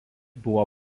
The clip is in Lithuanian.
buvo